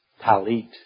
Talit